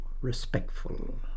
respectful